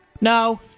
No